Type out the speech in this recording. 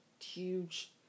huge